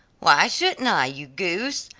why shouldn't i, you goose!